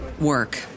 work